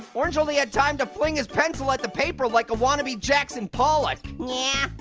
orange only had time to fling his pencil at the paper like a wannabe jackson pollock. yeah,